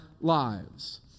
lives